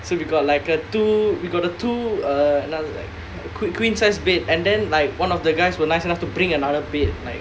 so we got like a two we got a two uh like like queen sized bed and then like one of the guys were nice enough to bring another bed like